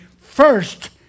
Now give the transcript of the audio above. first